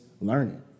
learning